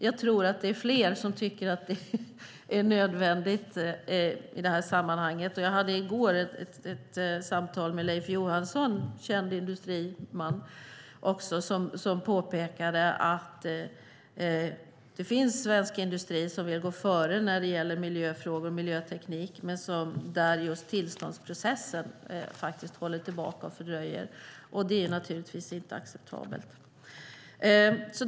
Jag tror att många tycker att den är nödvändig i det här sammanhanget. Jag hade i går ett samtal med Leif Johansson, känd industriman, som påpekade att det finns svensk industri som vill gå före när det gäller miljöfrågor och miljöteknik men att just tillståndsprocessen håller tillbaka och fördröjer det hela. Det är naturligtvis inte acceptabelt.